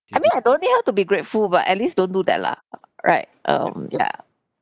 I mean I don't need her to be grateful but at least don't do that lah right um yeah